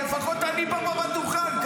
לפחות אני פה בדוכן,